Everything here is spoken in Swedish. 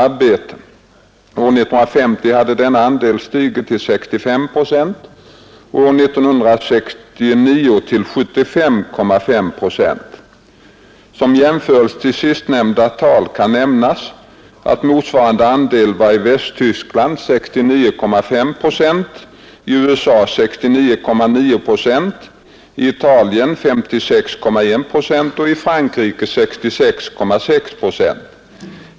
År 1950 hade denna andel stigit till 65 procent och år 1969 till 75,5 procent. Som jämförelse till sistnämnda tal kan nämnas att motsvarande andel var i Västtyskland 69,5 procent, i USA 69,9 procent, i Italien 56,1 procent och i Frankrike 66,6 procent.